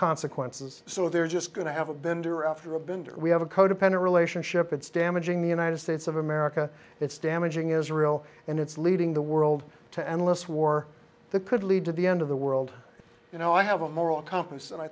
consequences so they're just going to have a bender after rabindra we have a codependent relationship it's damaging the united states of america it's damaging israel and it's leading the world to endless war that could lead to the end of the world you know i have a moral compass and i